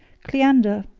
cleander,